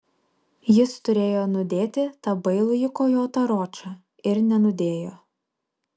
jis turėjo nudėti tą bailųjį kojotą ročą ir nenudėjo